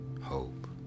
hope